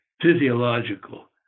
physiological